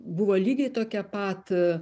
buvo lygiai tokia pat